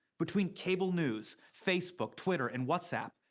between cable news, facebook, twitter, and whatsapp,